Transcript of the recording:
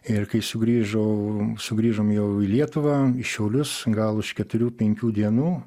ir kai sugrįžau sugrįžom jau į lietuvą į šiaulius gal už keturių penkių dienų